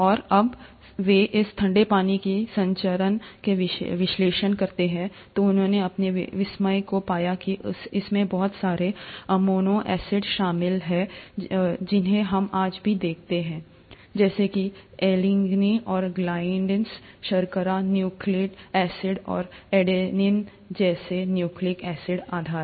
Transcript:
और जब वे इस ठंडे पानी की संरचना का विश्लेषण करते हैं तो उन्होंने अपने विस्मय को पाया कि इसमें बहुत सारे अमीनो एसिड शामिल हैं जिन्हें हम आज भी देखते हैं जैसे कि एलिनिन और ग्लाइसिन शर्करा न्यूक्लिक एसिड और एडेनिन जैसे न्यूक्लिक एसिड आधार